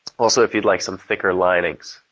also if you'd like some thicker linings.